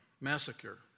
massacre